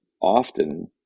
often